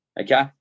Okay